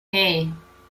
hey